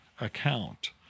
account